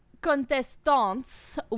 contestants